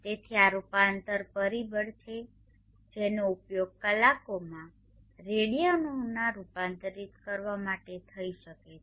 તેથી આ રૂપાંતર પરિબળ છે જેનો ઉપયોગ કલાકોમાં રેડીયનોમાં રૂપાંતરિત કરવા માટે થઈ શકે છે